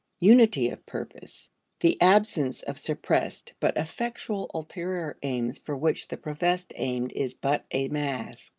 unity of purpose the absence of suppressed but effectual ulterior aims for which the professed aim is but a mask.